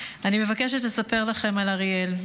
אני מבקשת לספר לכם על אריאל.